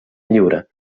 lliure